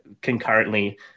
concurrently